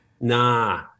Nah